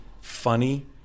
funny